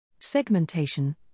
Segmentation